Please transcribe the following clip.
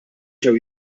ġew